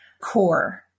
core